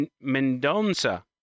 Mendoza